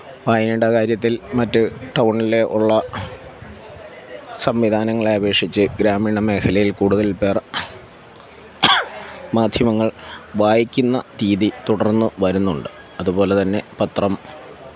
വായനയുടെ കാര്യത്തില് മറ്റു ടൗണിലുള്ള സംവിധാനങ്ങളെ അപേക്ഷിച്ച് ഗ്രാമീണ മേഖലയില് കൂടുതല് പേര് മാധ്യമങ്ങള് വായിക്കുന്ന രീതി തുടര്ന്ന് വരുന്നുണ്ട് അതുപോലെ തന്നെ പത്രം